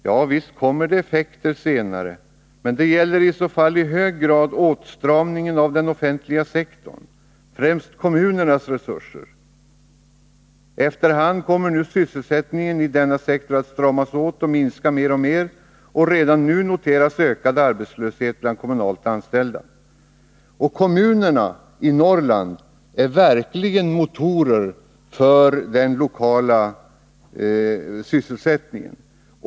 Ja visst kommer effekterna senare, men det gäller i så fall i hög grad åtstramningen av den offentliga sektorns, främst kommunernas, resurser. Efter hand kommer sysselsättningen i denna sektor att stramas åt och minska mer och mer. Redan nu noteras ökad arbetslöshet bland kommunalt anställda. Och kommunerna i Norrland är verkligen motorer för den lokala sysselsättningen.